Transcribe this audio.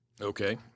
Okay